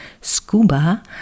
scuba